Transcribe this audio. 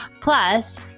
plus